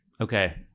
okay